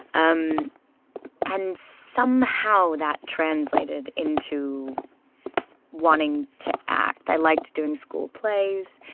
um and somehow that translated into wanting to act. i liked doing school plays.